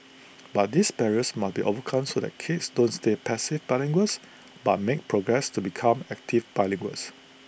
but this barriers must be overcome so that kids don't stay passive bilinguals but make progress to become active bilinguals